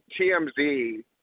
TMZ